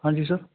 ਹਾਂਜੀ ਸਰ